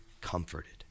comforted